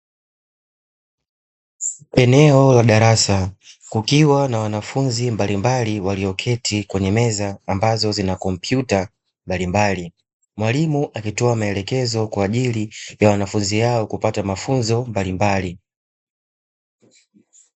Eneo la darasa kukiwa na wanafunzi mbalimbali walioketi kwenye meza ambazo zina kompyuta mbalimbali, mwalimu akitoa maelekezo kwa ajili ya wanafunzi hao kupata mafunzo mbalimbali.